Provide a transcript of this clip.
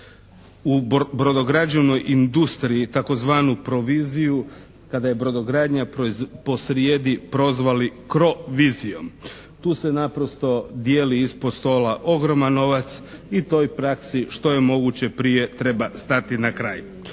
u brodograđevnoj industriji tzv. proviziju kada je brodogradnja po srijedi prozvali crovizijom. Tu se naprosto dijeli ispod stola ogroman novac i toj praksi što je moguće prije treba stati na kraj.